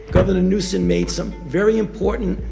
governor newsom made some very important,